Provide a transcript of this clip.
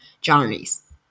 journeys